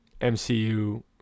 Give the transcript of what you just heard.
mcu